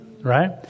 right